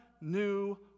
new